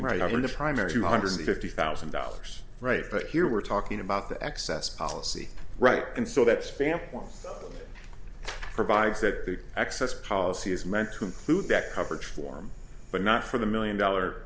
right now in the primary two hundred fifty thousand dollars right but here we're talking about the excess policy right and so that spam one provides that access policy is meant to include that coverage form but not for the million dollar